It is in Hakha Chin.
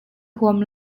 huam